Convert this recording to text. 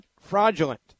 fraudulent